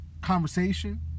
conversation